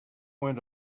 went